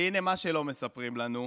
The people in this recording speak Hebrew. והינה מה שלא מספרים לנו,